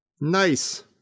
Nice